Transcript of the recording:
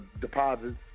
Deposits